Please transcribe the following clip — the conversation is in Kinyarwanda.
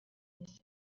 lycée